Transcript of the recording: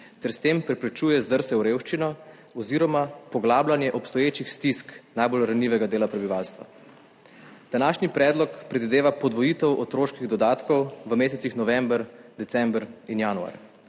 ter s tem preprečuje zdrse v revščino oziroma poglabljanje obstoječih stisk najbolj ranljivega dela prebivalstva. Današnji predlog predvideva podvojitev otroških dodatkov v mesecih november, december in januar